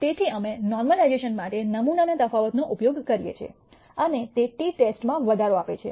તેથી અમે નૉર્મલિજ઼ૈશન માટે નમૂનાના તફાવતનો ઉપયોગ કરીએ છીએ અને તે t ટેસ્ટમાં વધારો આપે છે